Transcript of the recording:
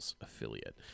Affiliate